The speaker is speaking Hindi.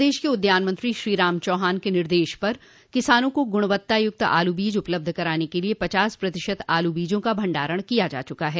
प्रदेश के उद्यान मंत्री श्रीराम चौहान के निर्देश पर किसानों को गुणवत्तापूर्ण आलू बीज उपलब्ध कराने के लिए पचास प्रतिशत आलू बीजों का भंडारण किया जा चुका है